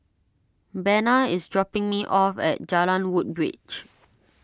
Bena is dropping me off at Jalan Woodbridge